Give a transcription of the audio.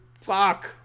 fuck